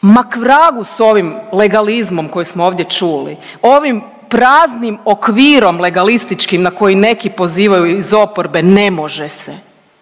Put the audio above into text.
Ma k vragu s ovim legalizmom koji smo ovdje čuli, ovim praznim okvirom legalističkim na koji neki pozivaju iz oporbe, ne može se.